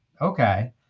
Okay